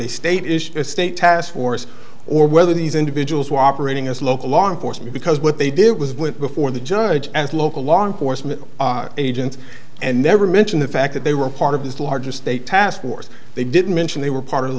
a state issue a state task force or whether these individuals were operating as local law enforcement because what they did was went before the judge as local law enforcement agents and never mention the fact that they were part of this larger state task force they didn't mention they were part of the